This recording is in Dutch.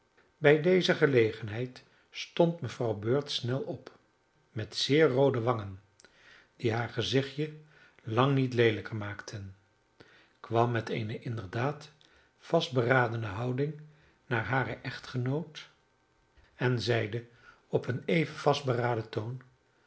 bij deze gelegenheid stond mevrouw bird snel op met zeer roode wangen die haar gezichtje lang niet leelijker maakten kwam met eene inderdaad vastberadene houding naar haren echtgenoot en zeide op een even vastberaden toon